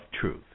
truth